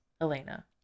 Elena